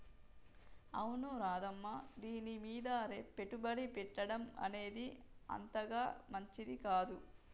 అవును రాధమ్మ దీనిమీద పెట్టుబడి పెట్టడం అనేది అంతగా మంచిది కాదు